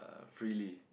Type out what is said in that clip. freely